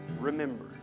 remember